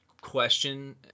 question